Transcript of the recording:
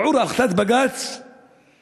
ערעור על החלטת בג"ץ הוגש,